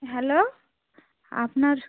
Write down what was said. hello আপনার